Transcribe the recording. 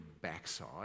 backside